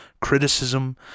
criticism